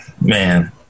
man